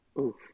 Oof